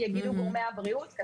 על כך יגידו גורמי הבריאות,